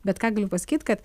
bet ką galiu pasakyt kad